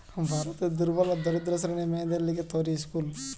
ভারতের দুর্বল আর দরিদ্র শ্রেণীর মেয়েদের লিগে তৈরী স্কুল